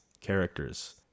characters